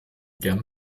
gern